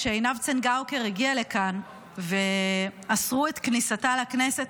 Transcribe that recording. כשעינב צנגאוקר הגיעה לכאן ואסרו את כניסתה לכנסת,